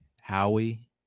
Howie